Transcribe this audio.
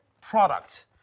product